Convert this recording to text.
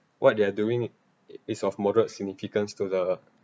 what they're doing is of moderate significance to the